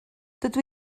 dydw